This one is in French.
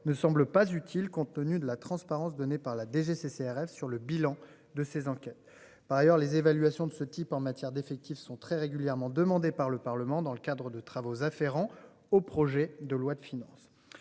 ne semble pas utile. Compte tenu de la transparence donnée par la DGCCRF sur le bilan de ces enquêtes. Par ailleurs, les évaluations de ce type en matière d'effectifs sont très régulièrement demandées par le Parlement dans le cadre de travaux afférents au projet de loi de finances.